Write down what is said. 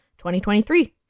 2023